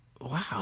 Wow